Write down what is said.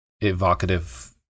evocative